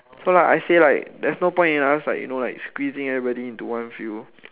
so I say like there's no point in us you know like you know like squeezing everybody into one field